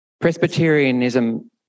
Presbyterianism